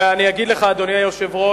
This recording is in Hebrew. ואני אגיד לך, אדוני היושב-ראש,